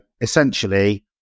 essentially